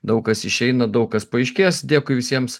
daug kas išeina daug kas paaiškės dėkui visiems